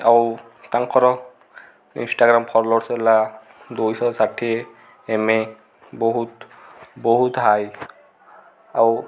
ଆଉ ତାଙ୍କର Instagram followers ହେଲା ଦୁଇଶହ ଷାଠିଏ ଏମ୍ ଏ ବହୁତ ବହୁତ ହାଇ ଆଉ